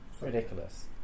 Ridiculous